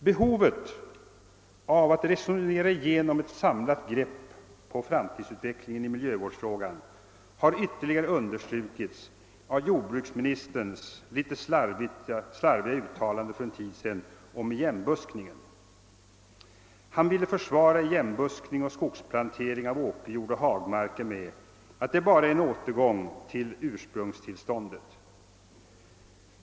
Behovet av att resonera igenom ett samlat grepp på framtidsutvecklingen i miljövårdsfrågan har ytterligare understrukits av jordbruksministerns litet slarviga uttalande för en tid sedan om igenbuskningen. Han ville försvara igenbuskning och skogsplantering av åkerjord och hagmarker med att det bara är en återgång till ursprungstillståndet.